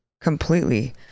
completely